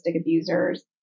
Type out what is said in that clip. abusers